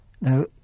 Now